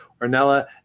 Ornella